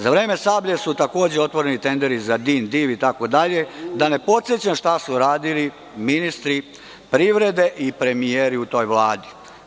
Za vreme „Sablje“ su takođe otvoreni tenderi za DIN, DIV, itd, da ne podsećam šta su dalje radili ministri privrede i premijeri u toj Vladi.